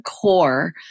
core